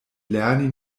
lerni